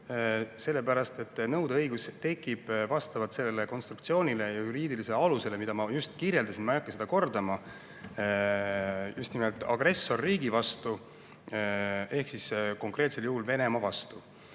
riigi vastu. Nõudeõigus tekib vastavalt sellele konstruktsioonile ja juriidilisele alusele, mida ma just kirjeldasin – ma ei hakka seda kordama –, just nimelt agressorriigi vastu ehk konkreetsel juhul Venemaa vastu.